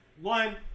one